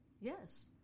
yes